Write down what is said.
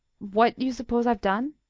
what you suppose i've done?